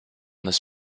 this